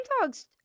dogs